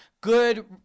good